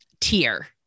tier